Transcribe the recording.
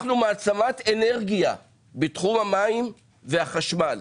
אנחנו מעצמת אנרגיה בתחום המים והחשמל.